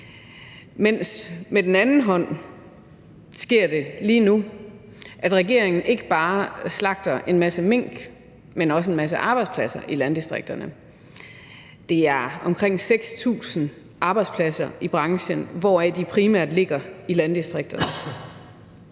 der det, at regeringen på den anden side ikke bare slagter en masse mink, men også en masse arbejdspladser i landdistrikterne. Der er tale om omkring 6.000 arbejdspladser i branchen, hvoraf de fleste ligger i landdistrikterne.